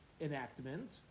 enactment